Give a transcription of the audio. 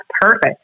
perfect